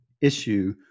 issue